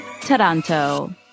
taranto